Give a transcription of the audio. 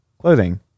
clothing